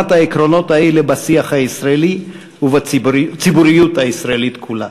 העקרונות האלה בשיח הישראלי ובציבוריות הישראלית כולה.